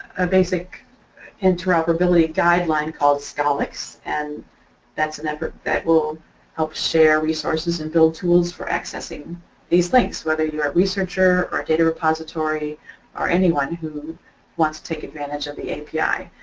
a basic interoperability guideline called scholix. and that's an effort that will help share resources and build tools for accessing these links, whether you're a researcher or data repository or anyone who wants to take advantage of the api.